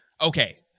Okay